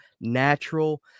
natural